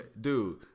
dude